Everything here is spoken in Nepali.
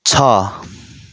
छ